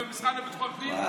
שלחו אותך אתמול לירדן.